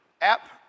app